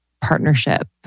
partnership